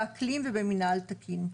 באקלים ובמינהל תקין.